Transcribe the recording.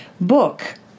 book